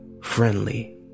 friendly